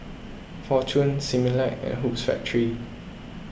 fortune Similac and Hoops Factory